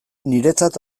niretzat